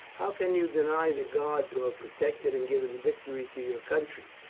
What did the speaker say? how can you deny the gods who have protected and given victory to your country?